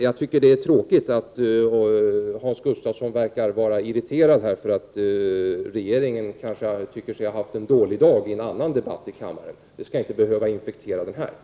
Jag tycker att det är tråkigt att Hans Gustafsson verkar vara irriterad att regeringen kanske tycker sig ha haft en dålig dag i en annan debatt i kammaren. Det skall dock inte behöva infektera denna debatt.